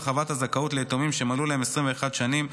הרחבת הזכאות ליתומים שמלאו להם 21 שנים),